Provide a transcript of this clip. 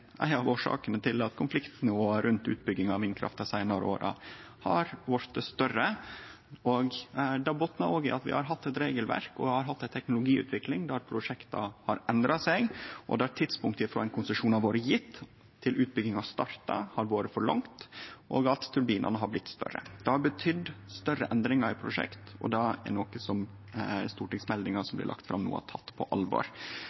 ei av årsakene til at konfliktnivået rundt utbygging av vindkraft dei seinare åra har blitt større. Det botnar òg i at vi har hatt eit regelverk og ei teknologiutvikling der prosjekta har endra seg, og der tidspunktet frå ein konsesjon er blitt gjeven, til utbygginga har starta, har blitt for langt, og at turbinane har blitt større. Det har betydd større endringar i prosjekt, noko stortingsmeldinga som no blir lagd fram, har teke på alvor.